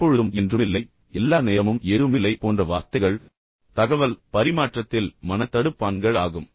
எப்பொழுதும் என்றுமில்லை எல்லா நேரமும் எதுவுமில்லை போன்ற வார்த்தைகள் தகவல் பரிமாற்றத்தில் மன தடுப்பான்கள் ஆகும்